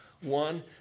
One